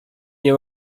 nie